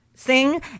sing